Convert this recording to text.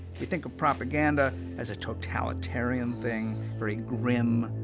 you think of propaganda as a totalitarian thing, very grim,